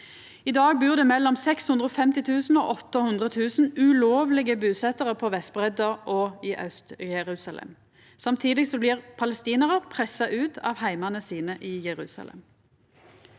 I dag bur det mellom 650 000 og 800 000 ulovlege busetjarar på Vestbredda og i Aust-Jerusalem. Samtidig blir palestinarar pressa ut av heimane sine i Jerusalem.